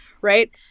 Right